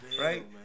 right